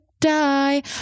die